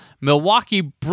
Milwaukee